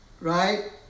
right